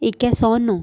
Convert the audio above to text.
इक ऐ सोनू